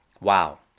Wow